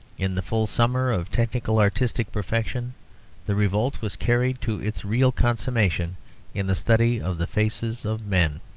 in the full summer of technical artistic perfection the revolt was carried to its real consummation in the study of the faces of men.